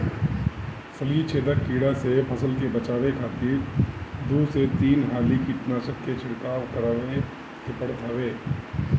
फली छेदक कीड़ा से फसल के बचावे खातिर दू से तीन हाली कीटनाशक के छिड़काव करवावे के पड़त हवे